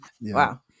wow